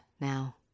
now